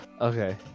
Okay